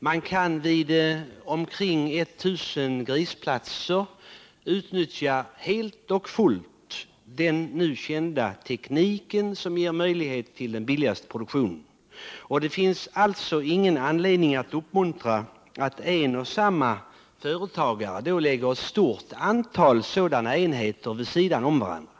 Man kan vid omkring 1 000 grisplatser helt och hållet utnyttja den nu kända tekniken som ger möjlighet till den billigaste produktionen. Det finns därför ingen anledning att uppmuntra att en och samma företagare lägger ett stort antal sådana enheter vid sidan om varandra.